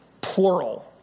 plural